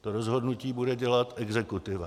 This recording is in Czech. To rozhodnutí bude dělat exekutiva.